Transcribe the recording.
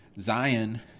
Zion